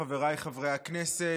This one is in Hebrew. חבריי חברי הכנסת,